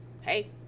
Hey